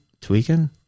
tweaking